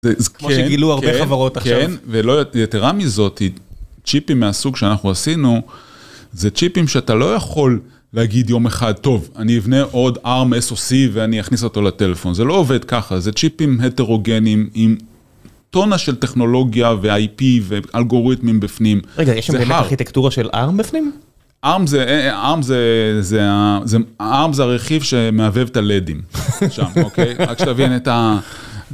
כמו שגילו הרבה חברות עכשיו. ויתרה מזאת, צ'יפים מהסוג שאנחנו עשינו, זה צ'יפים שאתה לא יכול להגיד יום אחד, טוב, אני אבנה עוד ARM SOC ואני אכניס אותו לטלפון. זה לא עובד ככה, זה צ'יפים הטרוגנים, עם טונה של טכנולוגיה וIP ואלגוריתמים בפנים. רגע, יש שם באמת ארכיטקטורה של ARM בפנים? ARM זה הרכיב שמהבהב את הלדים שם, אוקיי, רק כשתבין את ה...